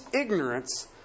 ignorance